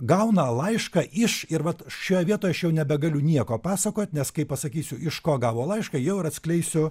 gauna laišką iš ir vat šioje vietoje aš jau nebegaliu nieko pasakot nes kai pasakysiu iš ko gavo laišką jau ir atskleisiu